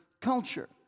culture